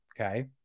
Okay